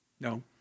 No